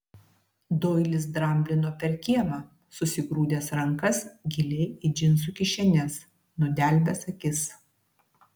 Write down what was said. doilis dramblino per kiemą susigrūdęs rankas giliai į džinsų kišenes nudelbęs akis